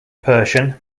persian